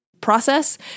process